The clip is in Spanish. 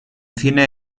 cine